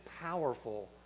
powerful